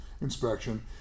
inspection